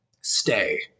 stay